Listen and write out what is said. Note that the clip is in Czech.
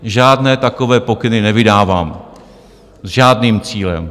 Žádné takové pokyny nevydávám, s žádným cílem.